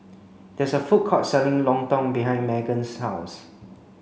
there is a food court selling Lontong behind Magen's house